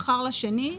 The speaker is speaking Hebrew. מכר לשני,